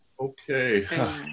Okay